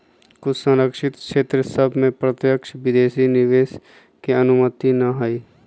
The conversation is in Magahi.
कुछ सँरक्षित क्षेत्र सभ में प्रत्यक्ष विदेशी निवेश के अनुमति न हइ